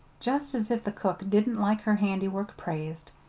just as if the cook didn't like her handiwork praised!